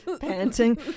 Panting